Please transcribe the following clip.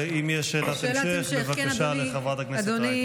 אם יש שאלת המשך לחברת הכנסת רייטן, בבקשה.